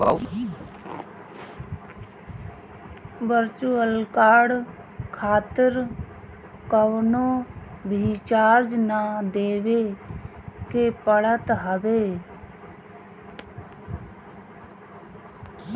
virtual card खातिर कवनो भी चार्ज ना देवे के पड़त हवे